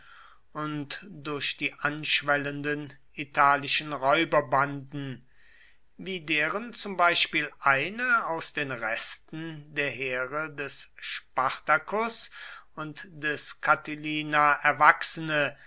und durch die anschwellenden italischen räuberbanden wie deren zum beispiel eine aus den resten der heere des spartacus und des catilina erwachsene